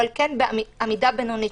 אבל כן בעמידה בינונית,